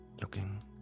looking